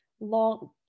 long